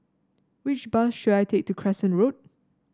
which bus should I take to Crescent Road